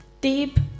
deep